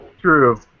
True